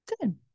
Good